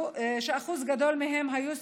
שאחוז גדול מהם היו סטודנטים,